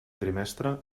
trimestre